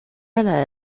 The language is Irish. eile